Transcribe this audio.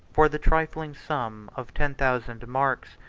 for the trifling sum of ten thousand marks,